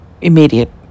immediate